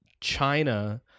China